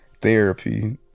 therapy